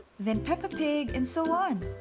then peppa pig, and so on.